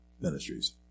Ministries